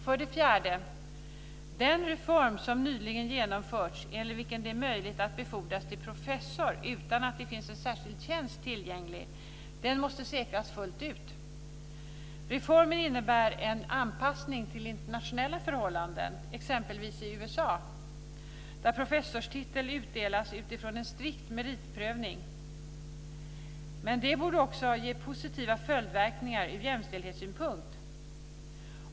För det fjärde måste den reform som nyligen genomförts enligt vilken det är möjligt att befordras till professor utan att det finns en särskild tjänst tillgänglig säkras fullt ut. Reformen innebär en anpassning till internationella förhållanden, exempelvis i USA, där professorstiteln utdelas utifrån en strikt meritprövning. Den borde även ge positiva följdverkningar från jämställdhetssynpunkt.